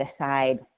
aside